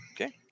Okay